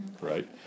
right